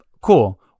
cool